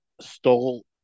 stole